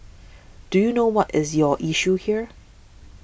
do you know what is your issue here